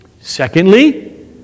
Secondly